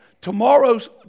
tomorrow's